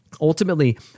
Ultimately